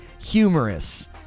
humorous